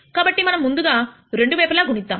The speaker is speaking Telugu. కాబట్టి మనం ముందుగా రెండు వైపులా గుణిద్దాం